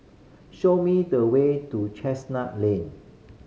show me the way to Chestnut Lane